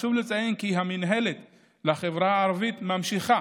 חשוב לציין כי המינהלת לחברה הערבית ממשיכה